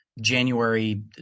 January